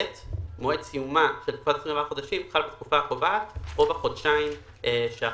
מועד סיומה של תקופת 24 החודשים חל בתקופה הקובעת או בחודשיים שאחריה".